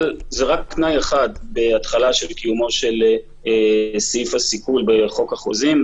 אבל זה רק תנאי אחד בהתחלה של קיומו של סעיף הסיכול בתחום החוזים.